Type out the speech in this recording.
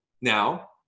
now